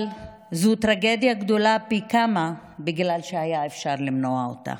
אבל זו טרגדיה גדולה פי כמה בגלל שהיה אפשר למנוע אותה,